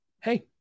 Hey